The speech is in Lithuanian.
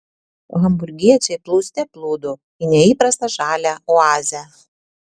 hamburgiečiai plūste plūdo į neįprastą žalią oazę